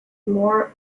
more